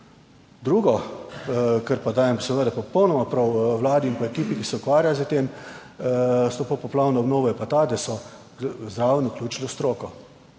Drugo, kar pa dajem seveda popolnoma prav Vladi in pa ekipi, ki se ukvarja s to popoplavno obnovo je pa ta, da so zraven vključili stroko.